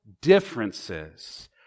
differences